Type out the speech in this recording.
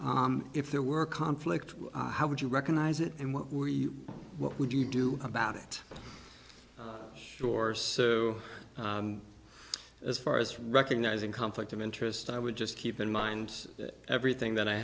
if there were a conflict how would you recognize it and what we what would you do about it sure so as far as recognizing conflict of interest i would just keep in mind that everything that i